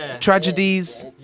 tragedies